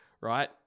right